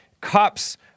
Cops